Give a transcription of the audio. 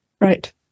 Right